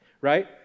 Right